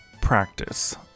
practice